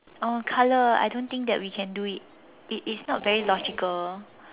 oh color I don't think that we can do it it is not very logical